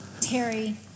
Terry